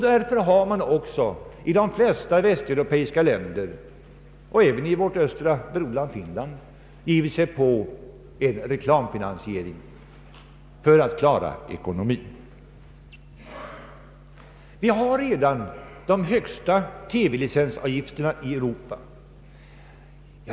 Därför har man också i de flesta västeuropeiska länder och även i vårt östra broderland Finland gett sig på reklamfinansiering för att klara ekonomin. Sverige har de högsta TV-licensavgifterna i Europa.